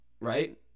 Right